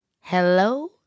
Hello